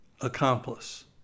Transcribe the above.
accomplice